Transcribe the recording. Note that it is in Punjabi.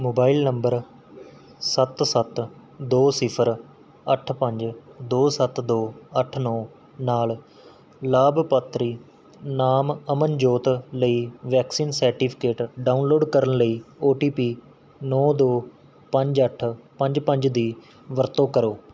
ਮੋਬਾਈਲ ਨੰਬਰ ਸੱਤ ਸੱਤ ਦੋ ਸਿਫਰ ਅੱਠ ਪੰਜ ਦੋ ਸੱਤ ਦੋ ਅੱਠ ਨੌ ਨਾਲ਼ ਲਾਭਪਾਤਰੀ ਨਾਮ ਅਮਨਜੋਤ ਲਈ ਵੈਕਸੀਨ ਸਰਟੀਫਿਕੇਟ ਡਾਊਨਲੋਡ ਕਰਨ ਲਈ ਓ ਟੀ ਪੀ ਨੌ ਦੋ ਪੰਜ ਅੱਠ ਪੰਜ ਪੰਜ ਦੀ ਵਰਤੋਂ ਕਰੋ